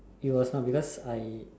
you are some because I